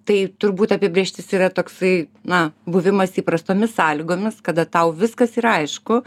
tai turbūt apibrėžtis yra toksai na buvimas įprastomis sąlygomis kada tau viskas yra aišku